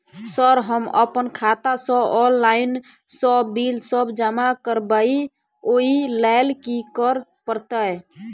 Sir हम अप्पन खाता सऽ ऑनलाइन सऽ बिल सब जमा करबैई ओई लैल की करऽ परतै?